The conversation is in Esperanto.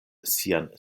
sian